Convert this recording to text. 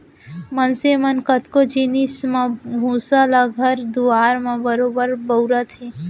मनसे मन कतको जिनिस म भूसा ल घर दुआर म बरोबर बउरत रथें